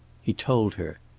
he told her,